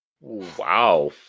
Wow